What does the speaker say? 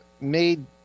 made –